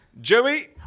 Joey